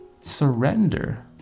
surrender